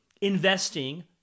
investing